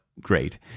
great